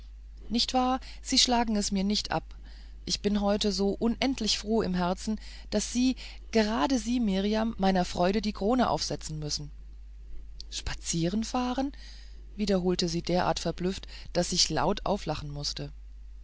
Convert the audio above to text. nicht wahr sie schlagen es mir nicht ab ich bin heute so unendlich froh im herzen daß sie gerade sie mirjam meiner freude die krone aufsetzen müssen spazierenfahren wiederholte sie derart verblüfft daß ich laut auflachen mußte